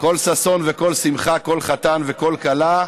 קול ששון וקול שמחה, קול חתן וקול כלה",